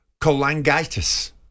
cholangitis